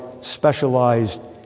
specialized